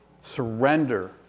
surrender